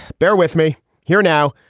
bear with me here now.